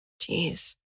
Jeez